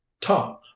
tom